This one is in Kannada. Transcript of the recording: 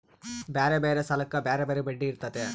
ಬ್ಯಾರೆ ಬ್ಯಾರೆ ಸಾಲಕ್ಕ ಬ್ಯಾರೆ ಬ್ಯಾರೆ ಬಡ್ಡಿ ಇರ್ತತೆ